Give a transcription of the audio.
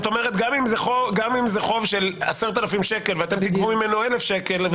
גם אם זה חוב של 10,000 שקל ותגבו ממנו אלף שקל,